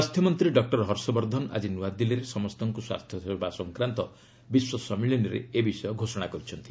ସ୍ୱାସ୍ଥ୍ୟମନ୍ତ୍ରୀ ଡକ୍କର ହର୍ଷବର୍ଦ୍ଧନ ଆଜି ନୂଆଦିଲ୍ଲୀରେ 'ସମସ୍ତଙ୍କୁ ସ୍ୱାସ୍ଥ୍ୟସେବା' ସଂକ୍ରାନ୍ତ ବିଶ୍ୱ ସମ୍ମିଳନୀରେ ଏ ବିଷୟ ଘୋଷଣା କରିଛନ୍ତି